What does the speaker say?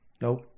Nope